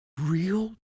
real